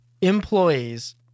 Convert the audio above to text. employees